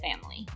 family